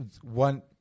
one –